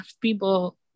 people